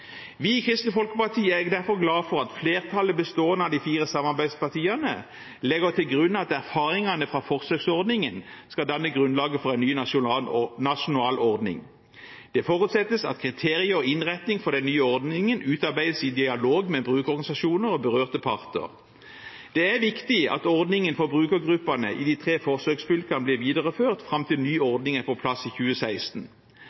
Vi i Kristelig Folkeparti er derfor glad for at flertallet bestående av de fire samarbeidspartiene legger til grunn at erfaringene fra forsøksordningen skal danne grunnlaget for en nasjonal ordning. Det forutsettes at kriterier og innretting for den nye ordningen utarbeides i dialog med brukerorganisasjoner og berørte parter. Det er viktig at ordningen for brukergruppene i de tre forsøksfylkene blir videreført fram til den nye ordningen er på plass i 2016.